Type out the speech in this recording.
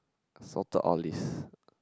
I sorted all list